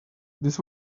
this